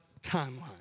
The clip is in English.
timeline